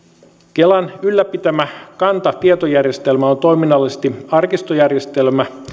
kelan ylläpitämä kanta tietojärjestelmä on toiminnallisesti arkistojärjestelmä